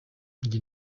njye